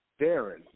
Darren